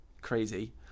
crazy